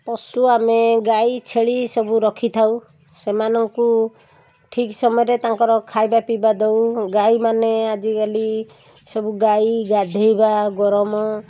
ପଶୁ ଆମେ ଗାଈ ଛେଳି ସବୁ ରଖିଥାଉ ସେମାନଙ୍କୁ ଠିକ୍ ସମୟରେ ତାଙ୍କର ଖାଇବା ପିଇବା ଦେଉ ଗାଈମାନେ ଆଜିକାଲି ସବୁ ଗାଈ ଗାଧୋଇବା ଗରମ